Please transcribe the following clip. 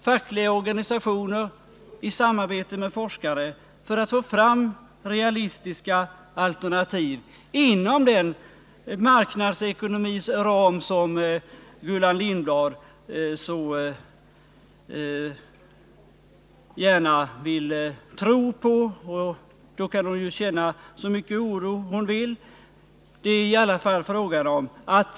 Fackliga organisationer har i samarbete med forskare arbetat seriöst för att få fram realistiska alternativ. Och det har man gjort inom den marknadsekonomis ram som Gullan Lindblad så gärna vill tro på. Gullan Lindblad kan ju känna hur mycket oro hon vill — vad det är fråga om är att ge en tidsfrist.